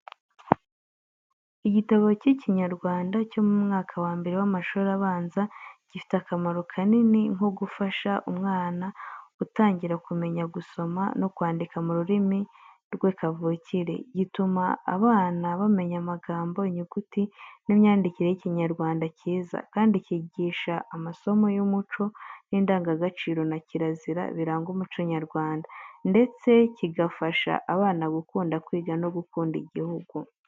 Igitabo cy’Ikinyarwanda cyo mu mwaka wa mbere w’amashuri abanza gifite akamaro kanini nko gufasha umwana ugitangira kumenya gusoma no kwandika mu rurimi rwe kavukire. Gituma abana bamenya amagambo, inyuguti n’imyandikire y’Ikinyarwanda cyiza, kandi kigisha amasomo y’umuco n’indangagaciro na kirazira biranga umuco nyarwanda, ndetse kigafasha abana gukunda kwiga no gukunda igihugu.